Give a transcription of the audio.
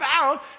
found